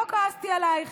לא כעסתי עלייך.